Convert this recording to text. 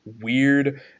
weird